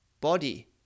body